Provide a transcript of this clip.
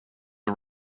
are